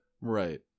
Right